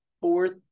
fourth